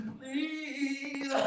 please